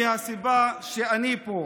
היא הסיבה שאני פה.